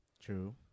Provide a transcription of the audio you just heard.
True